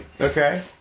Okay